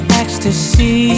ecstasy